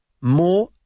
more